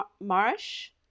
Marsh